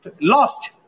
lost